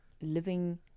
living